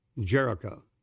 Jericho